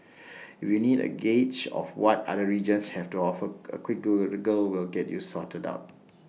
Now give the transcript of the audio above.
if you need A gauge of what other regions have to offer A quick Google will get you sorted out